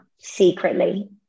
secretly